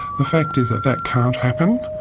the fact is that that can't happen.